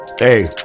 Hey